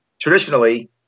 traditionally